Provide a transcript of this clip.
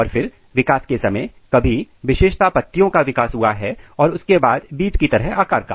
और फिर विकास के समय कभी विशेषता पत्तियों का विकास हुआ है और उसके बाद बीज की तरह आकार का